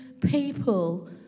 people